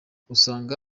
usanga